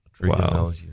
Wow